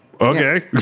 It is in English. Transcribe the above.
Okay